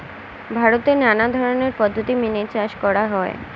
ভারতে নানা ধরনের পদ্ধতি মেনে চাষ করা হয়